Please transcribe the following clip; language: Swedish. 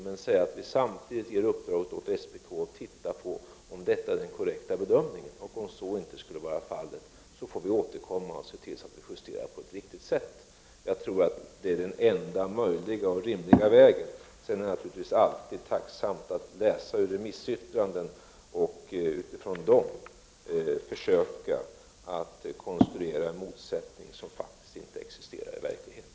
Samtidigt ger vi SPK i uppdrag att se över om det är en korrekt bedömning. Om så inte skulle vara fallet får vi återkomma och se till att det justeras på ett riktigt sätt. Jag tror att det är den enda rimliga och möjliga vägen. Det är naturligtvis alltid tacksamt att läsa ur remissyttrandena och utifrån dem försöka konstruera motsättningar som faktiskt inte existerar i verkligheten.